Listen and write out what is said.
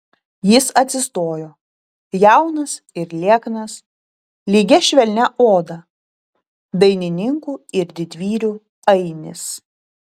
jis atsistojo jaunas ir lieknas lygia švelnia oda dainininkų ir didvyrių ainis